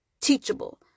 teachable